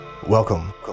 Welcome